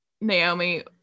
Naomi